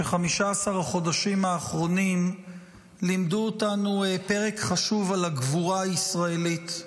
ש-15 החודשים האחרונים לימדו אותנו פרק חשוב על הגבורה הישראלית.